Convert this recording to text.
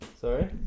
sorry